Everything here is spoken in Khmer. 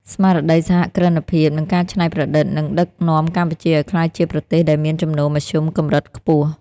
ស្មារតីសហគ្រិនភាព និងការច្នៃប្រឌិត នឹងដឹកនាំកម្ពុជាឱ្យក្លាយជាប្រទេសដែលមានចំណូលមធ្យមកម្រិតខ្ពស់។